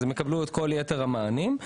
הם יקבלו את כל יתר המענים.